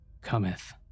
cometh